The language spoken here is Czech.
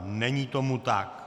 Není tomu tak.